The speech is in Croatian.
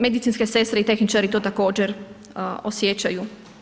Medicinske sestre i tehničari to također osjećaju.